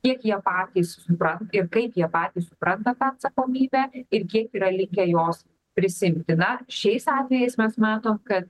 kiek jie patys bran ir kaip jie patys supranta tą atsakomybę ir kiek yra likę jos prisiimti na šiais atvejais mes matom kad